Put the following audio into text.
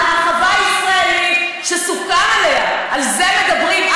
על הרחבה הישראלית, שסוכם עליה, על זה מדברים.